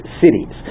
cities